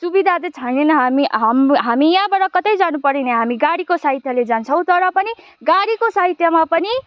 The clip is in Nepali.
सुविधा चाहिँ छैन हामी हाम्रो हामी यहाँबाट कतै जानु पऱ्यो भने हामी गाडीको सहायताले जान्छौँ तर पनि गाडीको सहायतामा पनि